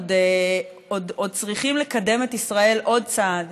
עוד צריכים לקדם את ישראל עוד צעד